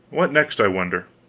what next, i wonder?